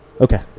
Okay